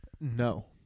No